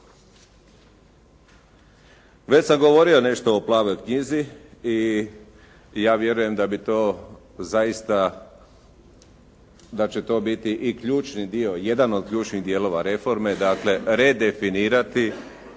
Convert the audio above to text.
Već sam govorio nešto o plavoj knjizi i ja vjerujem da bi to zaista, da će to biti i ključni dio, jedan od ključnih dijelova reforme, dakle redefinirati